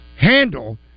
handle